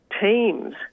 teams